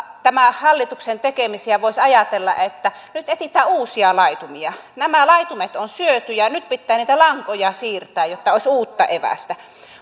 tämän hallituksen tekemisistä voisi ajatella että nyt etsitään uusia laitumia nämä laitumet on syöty ja ja nyt pitää niitä lankoja siirtää jotta olisi uutta evästä